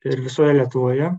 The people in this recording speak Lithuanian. ir visoje lietuvoje